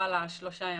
לא בהכרח מעיכה.